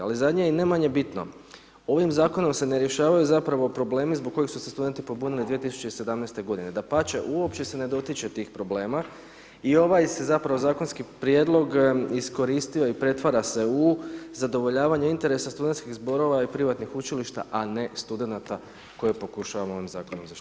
Ali zadnje i ne manje bitno, ovim zakonom se ne rješavaju zapravo problemi zbog koji su se studenti pobunili 2017. g., dapače, uopće se ne dotiče tih problema i ovaj se zapravo zakonski prijedlog iskoristio i pretvara se u zadovoljavanje interesa studentskih zborova i privatnih učilišta a ne studenata koji pokušavamo ovim zakonom zaštititi.